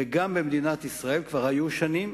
וגם במדינת ישראל כבר היו שנים